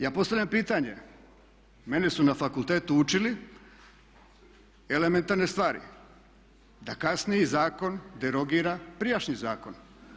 Ja postavljam pitanje, mene su na fakultetu učili elementarne stvari da kasniji zakon derogira prijašnji zakon.